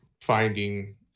finding